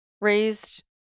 raised